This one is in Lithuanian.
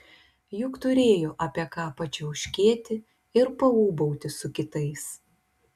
juk turėjo apie ką pačiauškėti ir paūbauti su kitais